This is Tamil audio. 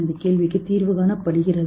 இந்த கேள்விக்கு தீர்வு காணப்படுகிறது